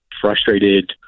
frustrated